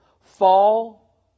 Fall